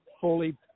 fully